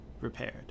repaired